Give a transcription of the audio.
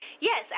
yes